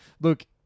look